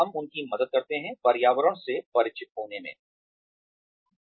हम उनकी मदद करते हैं पर्यावरण से परिचित होने मे